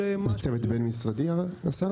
זה צוות בין-משרדי, השר?